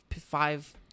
five